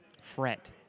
Fret